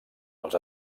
als